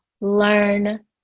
learn